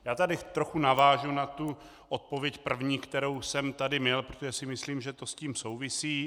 Já tady trochu navážu na tu odpověď první, kterou jsem tady měl, protože si myslím, že to s tím souvisí.